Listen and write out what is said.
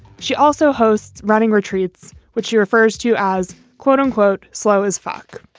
she also hosts running retreats, which she refers to as quote unquote slow as fuck.